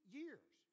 years